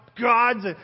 God's